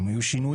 אם יהיו שינויים.